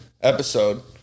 episode